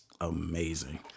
amazing